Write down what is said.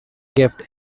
gift